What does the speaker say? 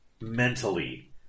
mentally